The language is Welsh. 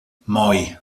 moi